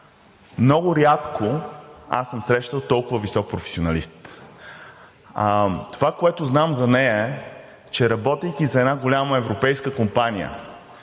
много рядко съм срещал толкова висок професионалист. Това, което знам за нея, е, че, работейки за една голяма европейска компания